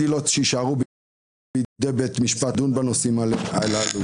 עילות שיישארו בידי בית המשפט לדון בנושאים האלה.